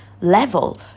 level